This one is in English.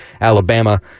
Alabama